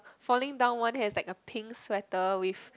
falling down one has like a pink sweater with